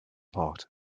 part